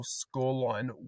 scoreline